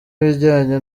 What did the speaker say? ibijyanye